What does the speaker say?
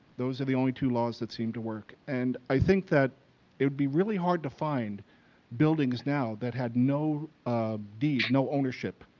those are the only two laws that seem to work, and i think that it would be really hard to find buildings now that had no deed, no ownership.